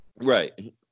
Right